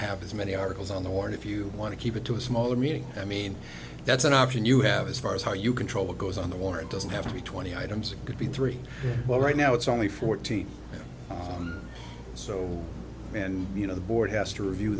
have as many articles on the war if you want to keep it to a smaller meeting i mean that's an option you have as far as how you control what goes on the war it doesn't have to be twenty items it could be three well right now it's only fourteen so and you know the board has to review